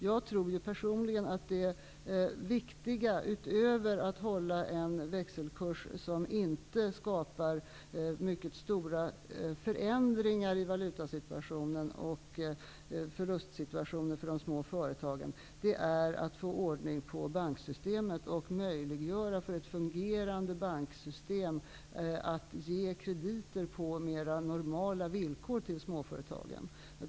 Personligen tror jag att det viktiga, utöver detta med att hålla en växelkurs som inte skapar mycket stora förändringar i valuta och förlustsituationen vad gäller de små företagen, är att få ordning på banksystemet och att möjliggöra för ett fungerande banksystem att ge småföretagen krediter på mer normala villkor.